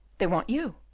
they want you.